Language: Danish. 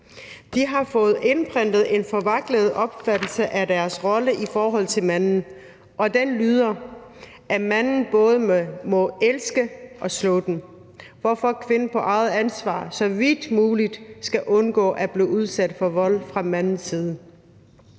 De har fået indprentet en forkvaklet opfattelse af deres rolle i forhold til manden, som lyder, at manden både må elske og slå dem, og at det er kvindens eget ansvar så vidt muligt at undgå at blive udsat for vold fra mandens side.